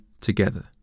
together